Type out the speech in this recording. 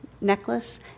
necklace